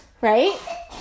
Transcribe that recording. right